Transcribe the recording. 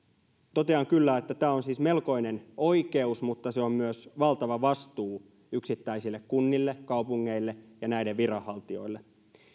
totean kyllä että tämä on siis melkoinen oikeus mutta se on myös valtava vastuu yksittäisille kunnille kaupungeille ja näiden viranhaltijoille